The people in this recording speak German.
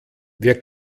wir